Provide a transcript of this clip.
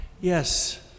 Yes